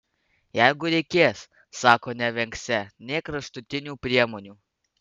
jeigu reikės sako nevengsią nė kraštutinių priemonių